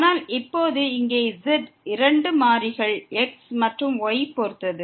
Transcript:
ஆனால் இப்போது இங்கே z இரண்டு மாறிகள் x மற்றும் y பொறுத்தது